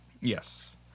Yes